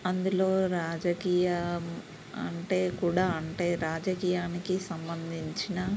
అందులో రాజకీయం అంటే కూడా అంటే రాజకీయానికి సంబంధించిన